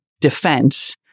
defense